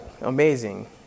amazing